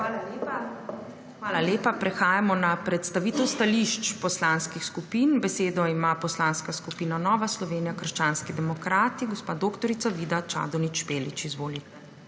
Hvala lepa. Prehajamo na predstavitev stališč poslanskih skupin. Besedo ima Poslanska skupina Nova Slovenija – krščanski demokrati. Gospa dr. Vida Čadonič Špelič, izvolite.